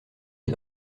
est